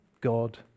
God